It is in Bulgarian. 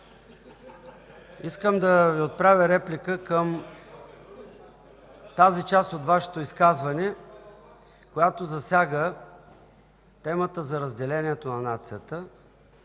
Искам да Ви отправя реплика към тази част от Вашето изказване, която засяга темата за разделението на нацията;